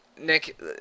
Nick